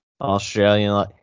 Australian